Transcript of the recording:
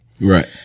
Right